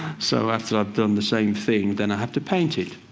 so after i've done the same thing, then i have to paint it.